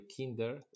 kinder